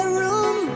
room